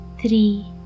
three